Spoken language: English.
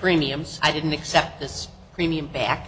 premiums i didn't accept this premium back